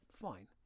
Fine